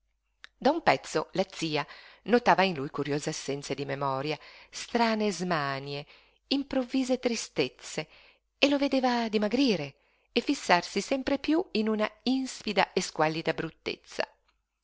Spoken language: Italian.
da un pezzo la zia notava in lui curiose assenze di memoria strane smanie improvvise tristezze e lo vedeva dimagrire e fissarsi sempre piú in una ispida e squallida bruttezza